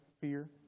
fear